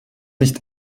nicht